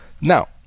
Now